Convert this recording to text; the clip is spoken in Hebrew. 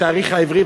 בתאריך העברי,